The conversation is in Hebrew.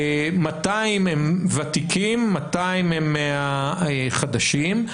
200 הם ותיקים, 200 הם חדשים.